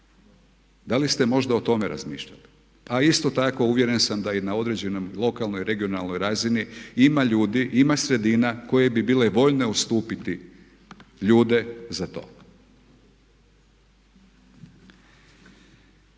da li ste možda o tome razmišljali? A isto tako uvjeren sam da je i na određenoj lokalnoj i regionalnoj razini ima ljudi, ima sredina koje bi bile voljne ustupiti ljude za to.